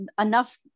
enough